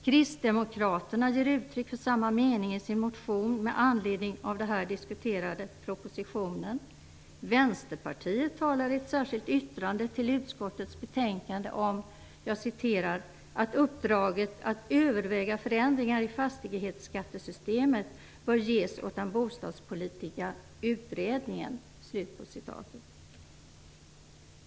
Kristdemokraterna ger uttryck för samma mening i sin motion med anledning av den här diskuterade propositionen. Vänsterpartiet talar i ett särskilt yttrande till utskottets betänkande om "att uppdraget att överväga förändringar i fastighetsskattesystemet bör ges åt den bostadspolitiska utredningen".